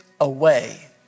away